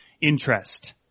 interest